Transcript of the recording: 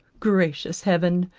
gracious heaven!